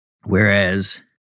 Whereas